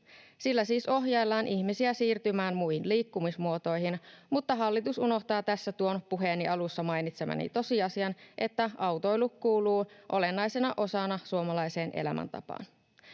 Sillä siis ohjaillaan ihmisiä siirtymään muihin liikkumismuotoihin, mutta hallitus unohtaa tässä tuon puheeni alussa mainitsemani tosiasian, että autoilu kuuluu olennaisena osana suomalaiseen elämäntapaan.